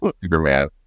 superman